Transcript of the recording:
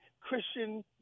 christian